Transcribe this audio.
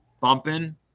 bumping